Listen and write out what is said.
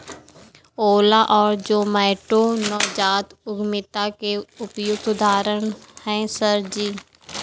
ओला और जोमैटो नवजात उद्यमिता के उपयुक्त उदाहरण है सर जी